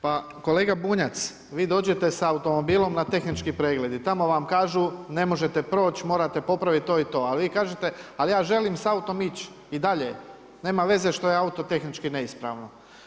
Pa kolega Bunjac, vi dođete s automobilom na tehnički pregled i tamo vam kažu, ne možete proći, morate popraviti to i to, a vi kažete ali ja želim s autom ići i dalje, nema veze što je auto tehnički neispravno.